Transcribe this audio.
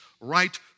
right